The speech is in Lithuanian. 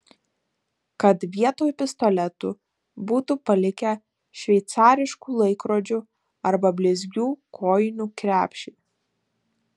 kad vietoj pistoletų būtų palikę šveicariškų laikrodžių arba blizgių kojinių krepšį